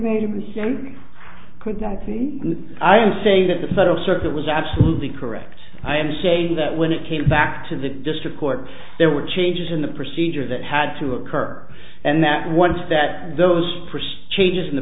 machine could not see i am saying that the federal circuit was absolutely correct i am saying that when it came back to the district court there were changes in the procedure that had to occur and that once that those priests changes in the